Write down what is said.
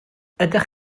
ydych